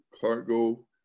cargo